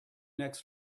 next